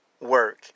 work